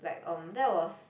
like um that was